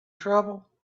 trouble